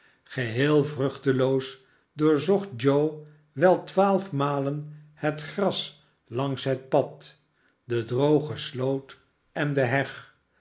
geheel vruchteloos doorzocht joe wel twaalf malen het gras langs het pad de droge sloot en de heg